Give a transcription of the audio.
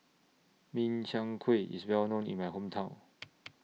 Min Chiang Kueh IS Well known in My Hometown